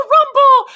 Rumble